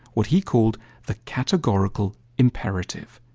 what he called the categorical imperative.